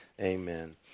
amen